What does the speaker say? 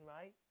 right